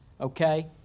Okay